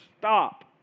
stop